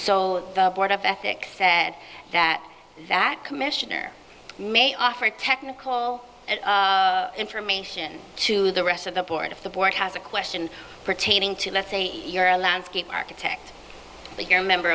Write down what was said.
so the board of ethics say that that commissioner may offer technical information to the rest of the board if the board has a question pertaining to let's say you're a landscape architect or you're a member